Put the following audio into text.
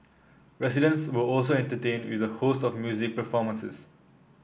residents were also entertained with a host of music performances